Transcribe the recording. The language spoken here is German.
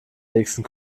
nächsten